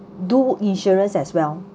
do insurance as well